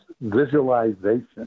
visualization